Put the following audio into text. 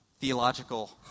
theological